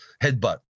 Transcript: headbutt